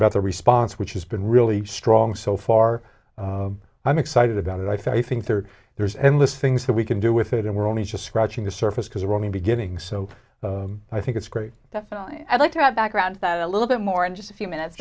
about the response which has been really strong so far i'm excited about it i think there are there's endless things that we can do with it and we're only just scratching the surface because we're running beginning so i think it's great that i'd like to have background that a little bit more in just a few minutes